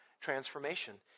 transformation